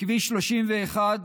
בכביש 31,